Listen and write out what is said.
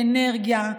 אנרגיה,